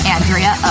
Andrea